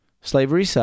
slavery